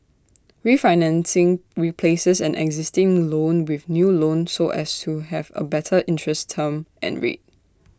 refinancing replaces an existing loan with new loan so as to have A better interest term and rate